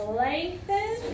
lengthen